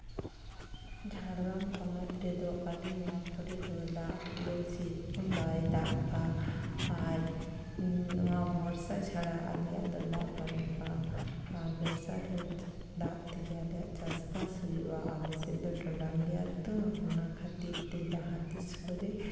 ᱡᱷᱟᱲᱜᱨᱟᱢ ᱯᱚᱱᱚᱛ ᱨᱮᱫᱚ ᱟᱹᱰᱤ ᱱᱚᱣᱟ ᱠᱚᱨᱮ ᱫᱚ ᱫᱟᱜ ᱫᱚ ᱥᱮᱭᱨᱚᱠᱚᱢ ᱵᱟᱭ ᱫᱟᱜ ᱠᱟᱜᱼᱟ ᱟᱨ ᱤᱧ ᱚᱱᱟ ᱵᱚᱨᱥᱟ ᱪᱷᱟᱲᱟ ᱟᱞᱮᱭᱟᱜ ᱫᱚ ᱫᱟᱜ ᱵᱟᱹᱱᱩᱜᱼᱟ ᱟᱨ ᱵᱚᱨᱥᱟ ᱨᱮ ᱫᱟᱜ ᱛᱮᱜᱮ ᱟᱞᱮᱭᱟᱜ ᱪᱟᱥᱼᱵᱟᱥ ᱦᱩᱭᱩᱜᱼᱟ ᱟᱨ ᱟᱞᱮᱥᱮᱫ ᱫᱚ ᱴᱚᱸᱰᱟᱝ ᱜᱮᱭᱟ ᱛᱚ ᱚᱱᱟ ᱠᱷᱟᱹᱛᱤᱨ ᱛᱮ ᱡᱟᱦᱟᱸ ᱛᱤᱥ ᱠᱚᱨᱮ